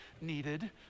needed